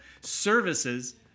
services